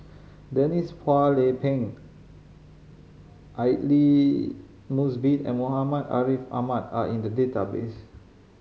Denise Phua Lay Peng Aidli Mosbit and Muhammad Ariff Ahmad are in the database